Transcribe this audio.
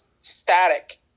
static